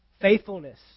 Faithfulness